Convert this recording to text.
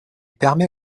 permet